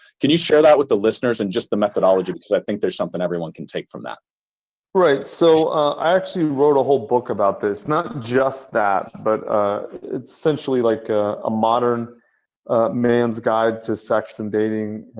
can you share that with the listeners and just the methodology? because i think there's something everyone can take from that. tucker right. so i actually wrote a whole book about this, not just that. but essentially, like a modern man's guide to sex and dating,